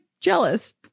jealous